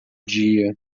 dia